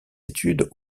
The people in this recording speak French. études